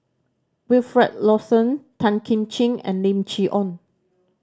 Wilfed Lawson Tan Kim Ching and Lim Chee Onn